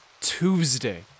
Tuesday